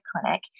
clinic